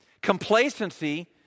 Complacency